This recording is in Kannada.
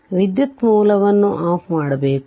ಆದ್ದರಿಂದ ವಿದ್ಯುತ್ ಮೂಲವನ್ನು ಆಫ್ ಮಾಡಬೇಕು